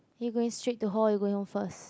you going straight to hall or going room first